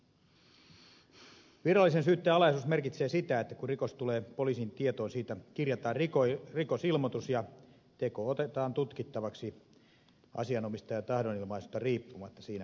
virallisen syytteen alaisuus merkitsee sitä että kun rikos tulee poliisin tietoon siitä kirjataan rikosilmoitus ja teko otetaan tutkittavaksi asianomistajan tahdonilmaisusta riippumatta siinä vaiheessa